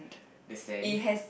the sand